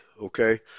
okay